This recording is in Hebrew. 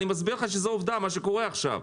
אני מסביר לך שזה עובדה, זה מה שקורה עכשיו.